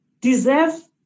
deserve